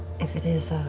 if it is,